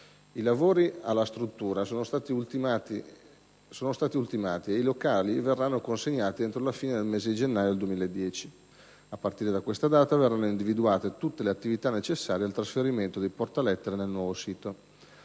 I lavori alla struttura sono stati ultimati e i locali verranno consegnati entro la fine del mese di gennaio del 2010. A partire da tale data verranno individuate tutte le attività necessarie al trasferimento dei portalettere nel nuovo sito.